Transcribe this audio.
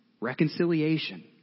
reconciliation